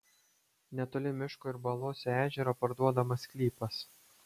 netoli miško ir baluosio ežero parduodamas sklypas